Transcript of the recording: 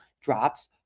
drops